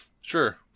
Sure